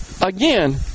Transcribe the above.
again